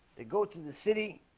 they go to the city.